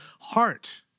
heart